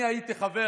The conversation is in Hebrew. אני הייתי חבר